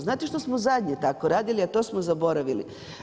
Znate što smo zadnje tako radili, a to smo zaboravili?